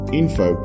info